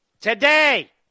Today